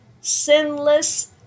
sinless